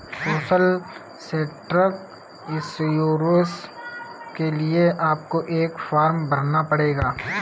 social sector insurance के लिए आपको एक फॉर्म भरना पड़ेगा